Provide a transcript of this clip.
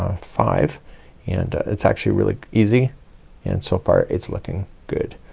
ah five and it's actually really easy and so far it's looking good.